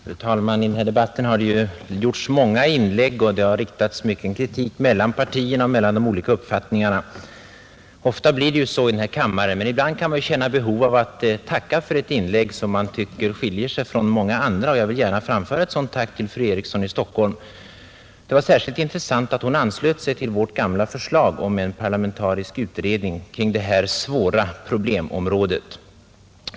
Fru talman! Det har i denna debatt gjorts många inlägg och utväxlats mycken kritik mellan partierna och mellan de olika uppfattningarna. Ofta blir det ju så i denna kammare. Men ibland kan man känna behov av att tacka för ett inlägg som man tycker skiljer sig från många andra. Jag vill gärna framföra ett sådant tack till fru Eriksson i Stockholm. Det var särskilt intressant att hon anslöt sig till folkpartiets gamla krav om en parlamentarisk utredning kring detta svåra problemområde.